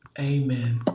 amen